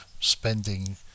spending